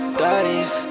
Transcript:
daddies